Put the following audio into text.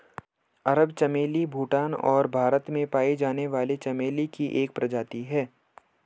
अरब चमेली भूटान और भारत में पाई जाने वाली चमेली की एक प्रजाति है